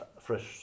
fresh